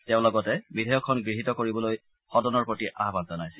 তেওঁ লগতে বিধেয়কখন গহীত কৰিবলৈ সদনৰ প্ৰতি আহ্বান জনাইছিল